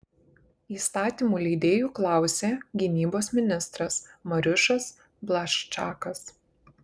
įstatymų leidėjų klausė gynybos ministras mariušas blaščakas